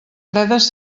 fredes